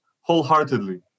wholeheartedly